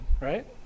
right